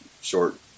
short